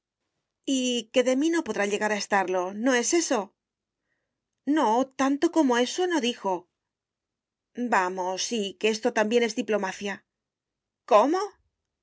y que de mí no podrá llegar a estarlo no es eso no tanto como eso no dijo vamos sí que esto también es diplomacia cómo